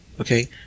Okay